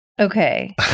Okay